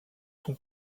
son